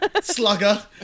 Slugger